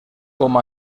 com